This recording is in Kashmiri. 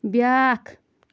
بیٛاکھ